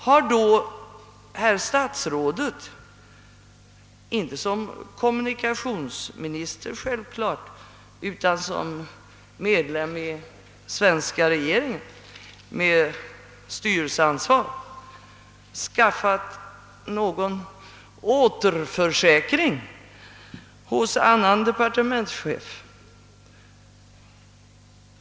Har då herr statsrådet inte — givetvis inte som kommunikationsminister utan som medlem av den svenska regeringen med styrelseansvar — skaffat någon återförsäkring hos annan departementschef?